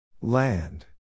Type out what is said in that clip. Land